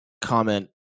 comment